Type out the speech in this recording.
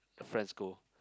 friends go